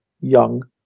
young